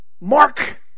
Mark